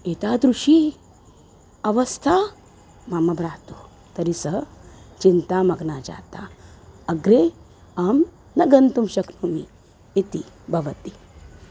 एतादृशी अवस्था मम भ्रातुः तर्हि सः चिन्तामग्नः जातः अग्रे अहं न गन्तुं शक्नोमि इति भवति